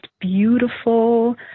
beautiful